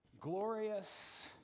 glorious